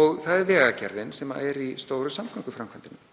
og það er Vegagerðin sem er í stóru samgönguframkvæmdunum